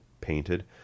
painted